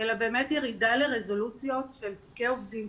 אלא באמת ירידה לרזולוציות של תיקי עובדים,